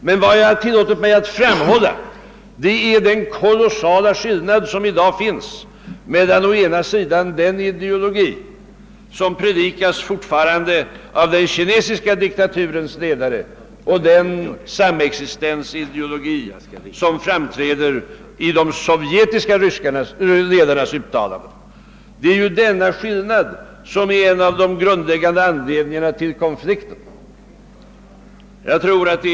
Men jag har tillåtit mig att framhålla den kolossala skillnad som i dag finns mellan å ena sidan den ideologi, som fortfarande predikas av den kinesiska diktaturens ledare, och den samexistensideologi som framträder i de sovjetiska ledarnas uttalanden. Det är ju denna skillnad som är en av de grundläggande anledningarna till konflikten mellan Kina och Sovjet.